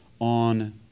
on